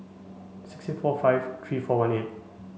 six four five three four one eight